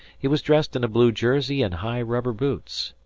he was dressed in a blue jersey and high rubber boots.